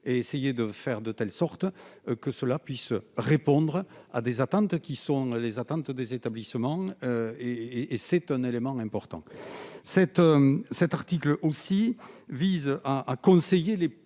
essayer de faire de telle sorte que cela puisse répondre à des attentes qui sont les attentes des établissements et et c'est un élément important, cet homme, cet article aussi vise à à conseiller les